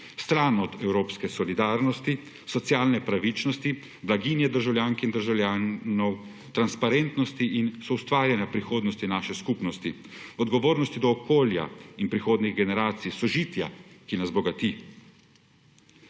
stran od evropske solidarnosti, socialne pravičnosti, blaginje državljank in državljanov, transparentnosti in soustvarjanja prihodnosti naše skupnosti, odgovornosti do okolja in prihodnjih generacij, sožitja, ki nas bogati.